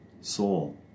soul